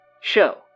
show